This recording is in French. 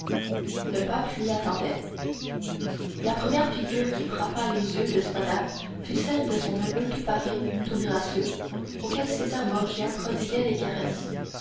le pape l'y attendait la première figure qui frappa les yeux de spada fut celle de son neveu tout paré tout gracieux auquel césar borgia prodiguait les caresses